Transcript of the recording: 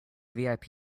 vip